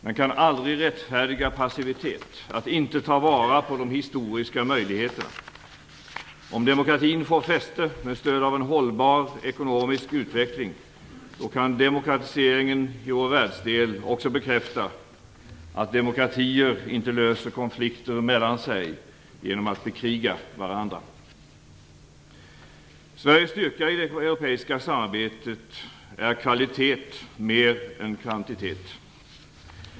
Men det kan aldrig rättfärdiga passivitet, att inte ta vara på de historiska möjligheterna. Om demokratin får fäste med stöd av en hållbar ekonomisk utveckling kan demokratiseringen i vår världsdel också bekräfta att demokratier inte löser konflikter mellan sig genom att bekriga varandra. Sveriges stryka i det europeiska samarbetet är kvalitet mer än kvantitet.